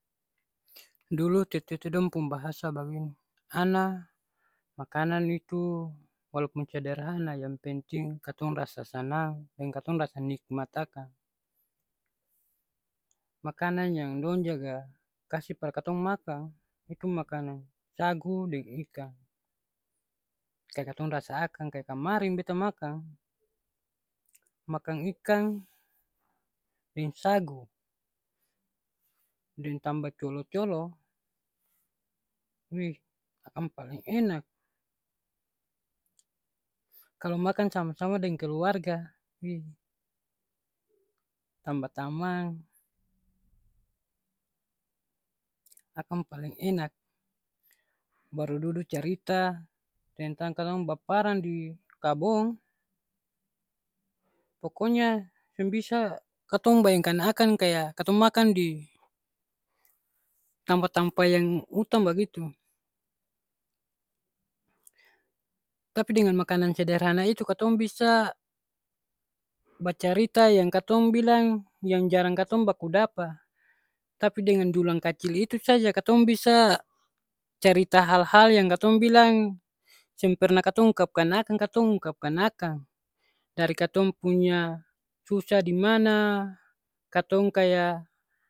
Dolo tete tete dong pung bahasa bagini, "ana, makanan itu walaupun sederhana yang penting katong rasa sanang, deng katong rasa nikmat akang." Makanang yang dong jaga kasi par katong makang, itu makanang sagu deng ikang. Kaya katong rasa akang kaya kamaring beta makang, makang ikang deng sagu, deng tamba colo-colo, weh, akang paleng enak. Kalo makang sama-sama deng keluarga, wi, tamba tamang, akang paleng enak. Baru dudu carita deng tanta dong baparang di kabong, pokonya seng bisa katong bayangkan akang kaya katong makan di tampa-tampa yang utang bagitu. Tapi dengan makanang sederhana itu katong bisa bacarita yang katong bilang yang jarang katong baku dapa. Tapi dengan dulang kacil itu saja katong bisa carita hal-hal yang katong bilang seng pernah katong ungkapkan akang, katong ungkapkan akang. Dari katong punya susah dimana, katong kaya